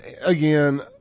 again